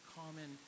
common